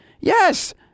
Yes